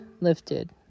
lifted